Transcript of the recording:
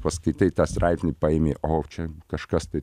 paskaitai tą straipsnį paimi o čia kažkas tai